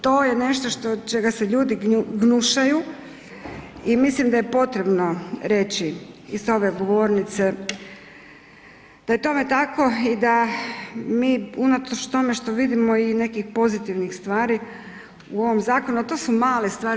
To je nešto čega se ljudi gnušaju i mislim da je potrebno reći i s ove govornice da je tome tako i da mi unatoč tome što vidimo i nekih pozitivnih stvari u ovom zakonu, ali to su male stvari.